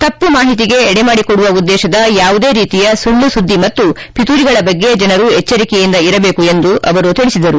ತಪ್ಪು ಮಾಹಿತಿಗೆ ಎಡೆಮಾಡಿಕೊಡುವ ಉದ್ದೇಶದ ಯಾವುದೇ ರೀತಿಯ ಸುಳ್ಳು ಸುದ್ದಿ ಮತ್ತು ಪಿತೂರಿಗಳ ಬಗ್ಗೆ ಜನರು ಎಚ್ಚರಿಕೆಯಿಂದ ಇರಬೇಕು ಎಂದು ಅವರು ಹೇಳಿದರು